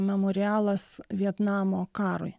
memorialas vietnamo karui